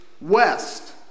west